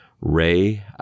Ray